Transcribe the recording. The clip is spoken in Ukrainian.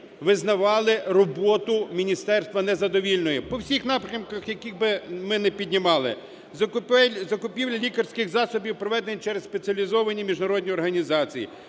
визнавали роботу міністерства незадовільною по всім напрямках, які б ми не піднімали: закупівля лікарських засобів, проведена через спеціалізовані міжнародні організації,